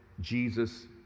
Jesus